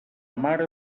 mare